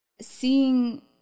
seeing